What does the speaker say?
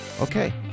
Okay